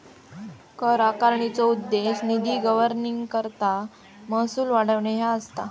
कर आकारणीचो उद्देश निधी गव्हर्निंगकरता महसूल वाढवणे ह्या असा